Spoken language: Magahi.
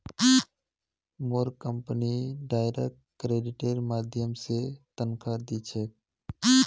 मोर कंपनी डायरेक्ट क्रेडिटेर माध्यम स तनख़ा दी छेक